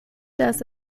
dass